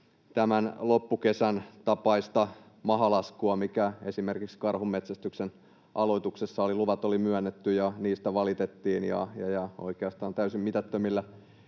tämän loppukesän tapaista mahalaskua, mikä esimerkiksi karhun metsästyksen aloituksessa oli. Luvat oli myönnetty, ja niistä valitettiin, ja oikeastaan täysin mitättömillä